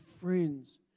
friends